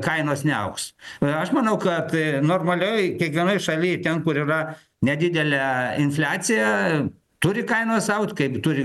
kainos neaugs aš manau kad normalioj kiekvienoj šaly ten kur yra nedidelė infliacija turi kainos aut kaip turi